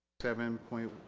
seven point